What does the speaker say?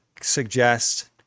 suggest